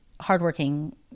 hardworking